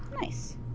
Nice